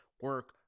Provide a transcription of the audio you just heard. Work